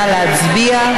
נא להצביע.